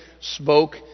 spoke